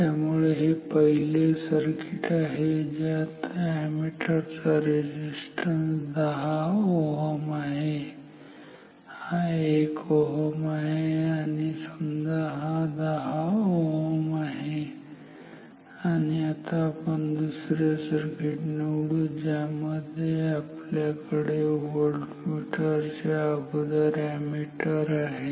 त्यामुळे हे पहिले सर्किट आहे ज्यात अॅमीटर रेझिस्टन्स 10 Ω आहे हा 1kΩ आहे आणि समजा हा 10 Ω आहे आणि आता आपण दुसरे सर्किट निवडू ज्यामध्ये आपल्याकडे व्होल्टमीटर च्या अगोदर एमीटर आहे